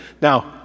Now